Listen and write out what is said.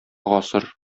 гасыр